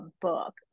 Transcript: book